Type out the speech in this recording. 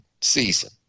season